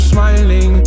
Smiling